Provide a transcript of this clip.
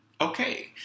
okay